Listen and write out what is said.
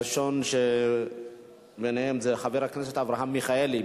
הראשון הוא חבר הכנסת אברהם מיכאלי,